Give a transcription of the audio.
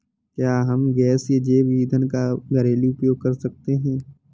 क्या हम गैसीय जैव ईंधन का घरेलू उपयोग कर सकते हैं?